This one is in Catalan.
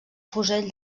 fusell